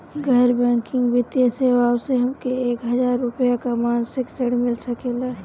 गैर बैंकिंग वित्तीय सेवाएं से हमके एक हज़ार रुपया क मासिक ऋण मिल सकेला?